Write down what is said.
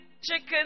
chicken